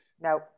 No